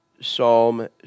Psalm